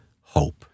Hope